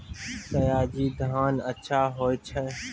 सयाजी धान अच्छा होय छै?